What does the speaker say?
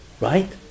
right